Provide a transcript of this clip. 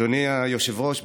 אדוני היושב-ראש,